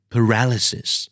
Paralysis